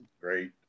great